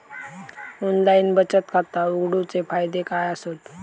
Online बचत खाता उघडूचे फायदे काय आसत?